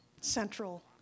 central